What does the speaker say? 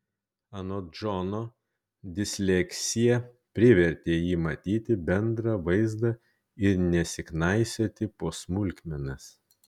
anot džono disleksija privertė jį matyti bendrą vaizdą ir nesiknaisioti po smulkmenas